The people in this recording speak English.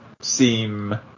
seem